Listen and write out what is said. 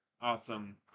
awesome